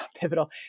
pivotal